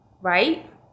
right